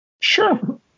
sure